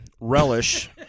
relish